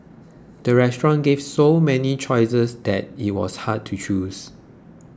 the restaurant gave so many choices that it was hard to choose